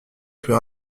plus